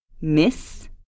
Miss